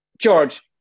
George